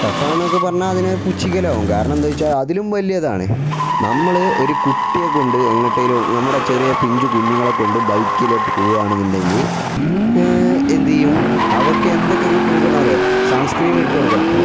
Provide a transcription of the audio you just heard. ടെഫ് എന്നൊക്കെ പറഞ്ഞാൽ അതിനൊരു പുച്ചിക്കൽ ആവും കാരണം എന്താണെന്ന് വച്ചാൽ അതിലും വലുതാണ് നമ്മൾ ഒരു കുട്ടിയെക്കൊണ്ട് എങ്ങട്ടേലും നമ്മടെ ചെറിയ പിഞ്ചു കുഞ്ഞുങ്ങളെ കൊണ്ട് ബൈക്കിൽ പോവുകയാണെന്നുണ്ടെങ്കിൽ എന്ത് ചെയ്യും അവർക്ക് എന്തൊക്കെ ഇട്ടു കൊടുക്കണമെന്നറിയോ സൺസ്ക്രീൻ ഇട്ട് കൊടുക്കണം